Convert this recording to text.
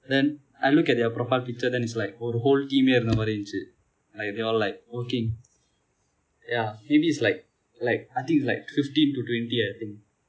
then I look at their profile picture then is like ஒரு:oru whole team இருந்த மாதிரி இருந்தது:irundha maathiri irunthathu like they all like working yeah maybe is like like I think like fifteen to twenty I think